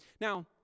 Now